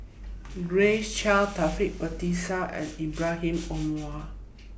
Grace Chia Taufik Batisah and Ibrahim Omar